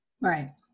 Right